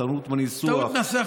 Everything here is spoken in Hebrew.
טעות בניסוח,